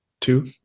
two